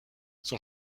son